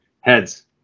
Heads